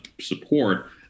support